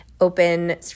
open